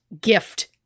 gift